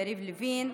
יריב לוין,